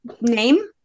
name